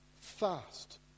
fast